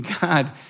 God